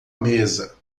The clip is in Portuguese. mesa